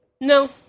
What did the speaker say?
No